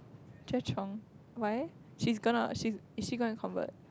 why she's gonna is she gonna convert